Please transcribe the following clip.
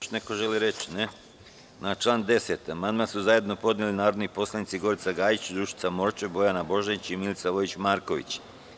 Da li još neko želi reč? (Ne) Na član 10. amandman su zajedno podneli narodni poslanici Gorica Gajić, Dušica Morčev, Bojana Božanić i Milica Vojić Marković.